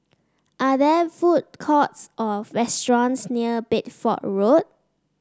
are there food courts or restaurants near Bedford Road